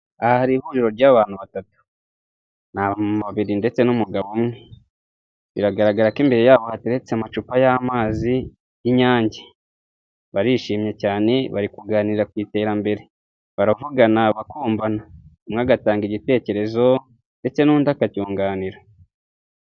Aha hari ihuriro ry'abantu batatu, ni abamama babiri ndetse n'umugabo umwe, biragaragara ko imbere yabo hateretse amacupa y'amazi y'inyange, barishimye cyane bari kuganira ku iterambere, baravugana bakumvana, umwe agatanga igitekerezo ndetse n'undi akacyunganira.